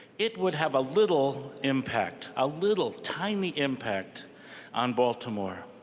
it would have a little impact, a little tiny impact on baltimore.